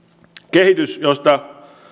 kehitys josta